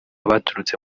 baturutse